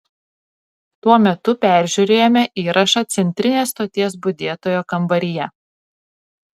tuo metu peržiūrėjome įrašą centrinės stoties budėtojo kambaryje